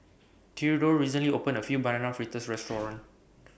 Theadore recently opened A few Banana Fritters Restaurant